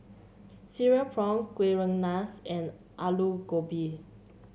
Cereal Prawns Kuih Rengas and Aloo Gobi